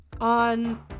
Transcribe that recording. on